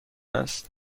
است